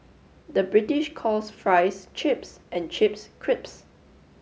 the British calls fries chips and chips crisps